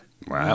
Wow